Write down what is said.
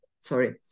sorry